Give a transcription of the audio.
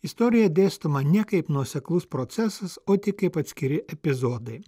istorija dėstoma ne kaip nuoseklus procesas o tik kaip atskiri epizodai